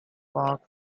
park